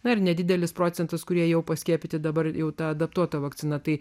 dar nedidelis procentas kurie jau paskiepyti dabar jau ta adaptuota vakcina tai